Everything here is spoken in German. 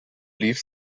lief